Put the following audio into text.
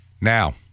Now